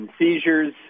seizures